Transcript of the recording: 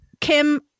Kim